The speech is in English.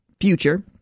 future